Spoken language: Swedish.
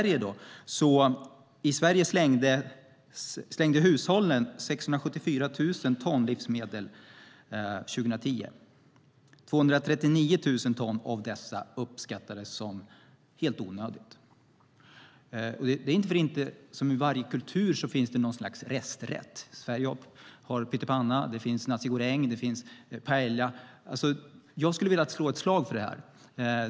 I Sverige slängde hushållen 674 000 ton livsmedel år 2010. 239 000 ton av detta uppskattades som helt onödigt. Det är inte för inte det i varje kultur finns något slags resträtt. Sverige har pyttipanna, det finns nasi goreng och det finns paella. Jag skulle vilja slå ett slag för detta.